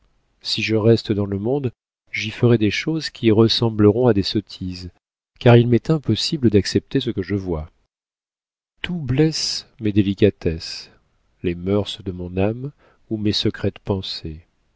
si je reste dans le monde j'y ferai des choses qui ressembleront à des sottises car il m'est impossible d'accepter ce que je vois tout blesse mes délicatesses les mœurs de mon âme ou mes secrètes pensées